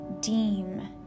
deem